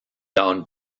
down